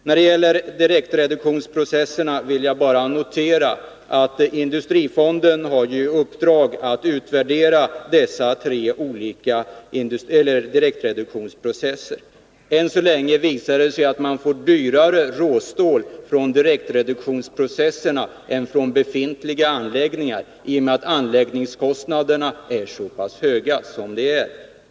När det gäller direktreduktionsprocesserna vill jag bara notera att industrifonden har i uppdrag att utvärdera de processerna. Än så länge visar det sig att man får dyrare råstål från direktreduktionsprocesserna än från befintliga anläggningar, i och med att anläggningskostnaderna är så pass höga som de är.